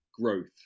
growth